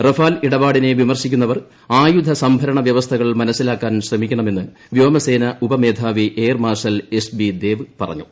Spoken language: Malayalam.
റഫാൽ ഇടപാടിനെ വിമർശിക്കുന്നവർ ആയുധ സംഭരണ വൃവസ്ഥകൾ മനസ്സിലാക്കാൻ ശ്രമിക്കണമെന്ന് വ്യോമസേനാ ഉപമേധാവി air marshal S B Dev പറഞ്ഞു